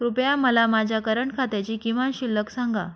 कृपया मला माझ्या करंट खात्याची किमान शिल्लक सांगा